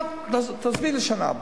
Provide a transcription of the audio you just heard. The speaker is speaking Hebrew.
תעזבי לשנה הבאה,